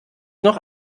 noch